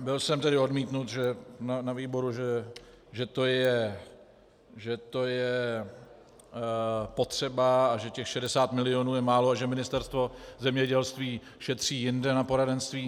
byl jsem odmítnut na výboru, že to je potřeba a že těch 60 milionů je málo a že Ministerstvo zemědělství šetří jinde na poradenství.